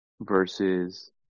versus